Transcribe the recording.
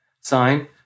sign